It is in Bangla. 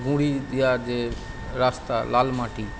গুঁড়ি দেওয়া যে রাস্তা লাল মাটি